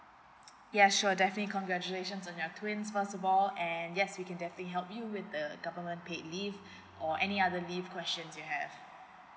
ya sure definitely congratulations o your twins first of all and yes we can definitely help you with thegovernment paid leave or any other leave questions you have